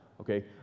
Okay